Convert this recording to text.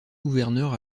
gouverneur